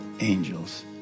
angels